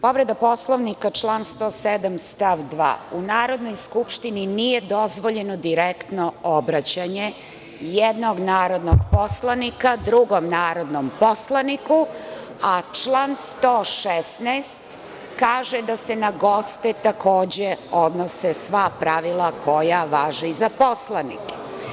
Povreda Poslovnika član 107. stav 2. U Narodnoj skupštini nije dozvoljeno direktno obraćanje jednog narodnog poslanika drugom narodnom poslaniku, a član 116. kaže da se na goste takođe odnose sva pravila koja važe i za poslanike.